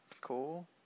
cool